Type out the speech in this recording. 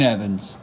Evans